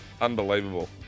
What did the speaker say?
Unbelievable